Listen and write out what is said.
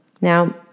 Now